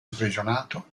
imprigionato